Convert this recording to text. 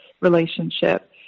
relationship